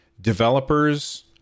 developers